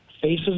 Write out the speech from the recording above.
Faces